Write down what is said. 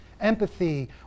empathy